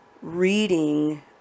reading